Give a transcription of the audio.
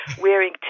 wearing